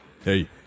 Hey